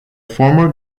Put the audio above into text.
former